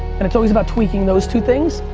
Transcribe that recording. and it's always about tweaking those two things.